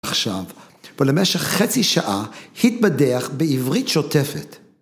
‫עכשיו, בו למשך חצי שעה ‫התבדח בעברית שוטפת.